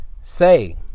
Say